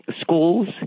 schools